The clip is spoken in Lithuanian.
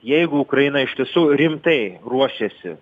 jeigu ukraina iš tiesų rimtai ruošiasi